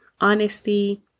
honesty